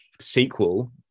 sequel